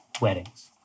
weddings